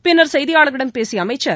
பின்னர் செய்தியாளர்களிடம் பேசிய அமைச்சர்